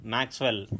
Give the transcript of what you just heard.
Maxwell